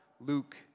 Luke